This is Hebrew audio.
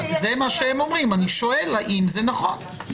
זה מה שהם אומרים, אני שואל האם זה נכון?